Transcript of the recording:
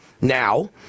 now